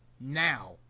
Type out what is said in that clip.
now